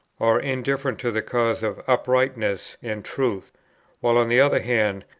or indifferent to the cause of uprightness and truth while, on the other hand,